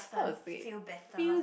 how to say feels